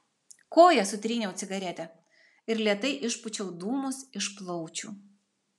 koja sutryniau cigaretę ir lėtai išpūčiau dūmus iš plaučių